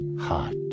heart